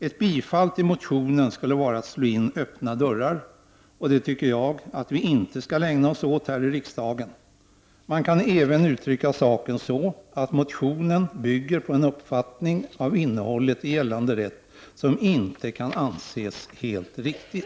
Ett bifall till motionen skulle vara att slå in öppna dörrar, och det tycker jag att vi inte skall ägna oss åt här i riksdagen. Man kan även uttrycka saken på ett sådant sätt att motionen bygger på en uppfattning av innehållet i gällande rätt som inte kan anses helt riktig.